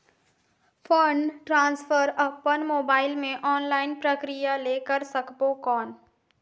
Fund transfer अपन mobile मे online प्रक्रिया ले कर सकबो कौन?